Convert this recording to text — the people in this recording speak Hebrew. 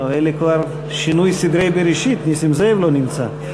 זה כבר שינוי סדרי בראשית: נסים זאב לא נמצא.